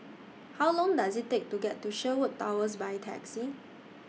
How Long Does IT Take to get to Sherwood Towers By Taxi